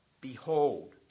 Behold